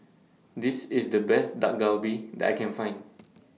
This IS The Best Dak Galbi that I Can Find